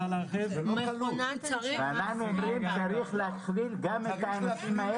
אנחנו אומרים שצריך להכליל גם את האנשים האלה.